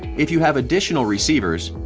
if you have additional receivers,